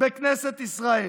בכנסת ישראל.